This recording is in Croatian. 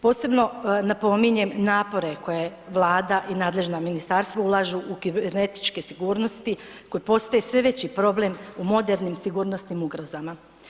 Posebno napominjem napore koje je Vlada i nadležna ministarstva ulažu u kibernetičke sigurnosti koje postaje sve veći problem u modernim sigurnosnim ugrozama.